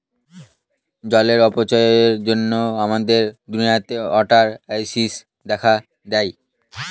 জলের অপচয়ের জন্য আমাদের দুনিয়াতে ওয়াটার ক্রাইসিস দেখা দেয়